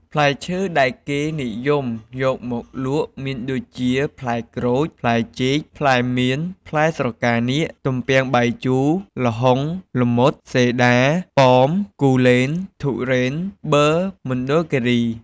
ផ្លែឈើដែលគេនិយមយកមកលក់មានដូចជា ផ្លែក្រូច ផ្លែចេក ផ្លែមៀន ផ្លែស្រកានាគ ទំពាំងបាយជូរ ល្ហុង ល្មុត សេដា ប៉ោម គូលែន ទុរេន ប៊ឺមណ្ឌលគិរី។